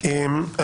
טוב.